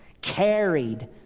carried